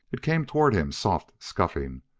it came toward him, soft, scuffing,